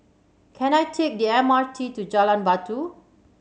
can I take the M R T to Jalan Batu